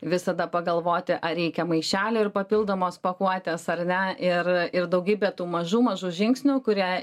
visada pagalvoti ar reikia maišelio ir papildomos pakuotės ar ne ir ir daugybė tų mažų mažų žingsnių kurie